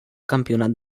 campionat